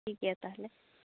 ᱴᱷᱤᱠᱜᱮᱭᱟ ᱛᱟᱦᱚᱞᱮ